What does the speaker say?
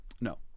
No